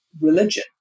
religion